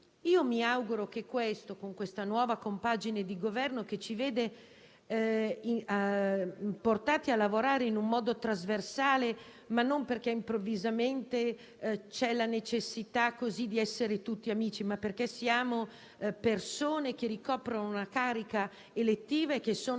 elemento che non va bene). Questa nuova compagine di Governo ci vede portati a lavorare in modo trasversale, non perché improvvisamente c'è la necessità di essere tutti amici, ma perché siamo persone che ricoprono una carica elettiva e che sono